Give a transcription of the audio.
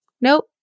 Nope